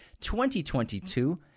2022